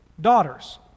daughters